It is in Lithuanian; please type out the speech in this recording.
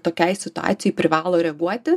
tokiai situacijai privalo reaguoti